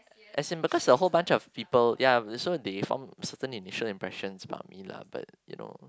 as in because the whole bunch of people yeah they're so they form certain initial impressions about me lah but you know